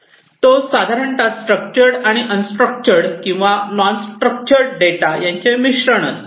तो साधारणतः स्ट्रक्चर्ड आणि अन स्ट्रक्चर्ड किंवा नॉन स्ट्रक्चर्ड डेटा यांचे मिश्रण असते